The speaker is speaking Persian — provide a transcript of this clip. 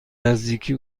نزدیکی